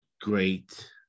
great